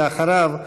ואחריו,